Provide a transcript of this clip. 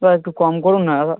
দাদা একটু কম করুন না দাদা